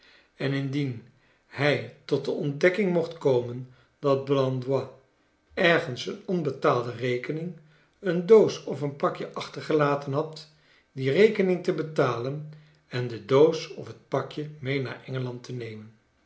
en indien hij tot de ontdekking mocht komen dat blandois ergens een onbetaalde rekening een doos of een pakje achtergelaten had die rekening te betalen en de doos of het pakje mee naar engeland te nemen